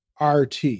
RT